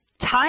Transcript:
Time